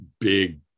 big